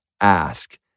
ask